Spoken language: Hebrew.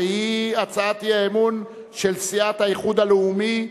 והיא הצעת האי-אמון של סיעת האיחוד הלאומי,